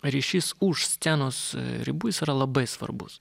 ryšys už scenos ribų jis yra labai svarbus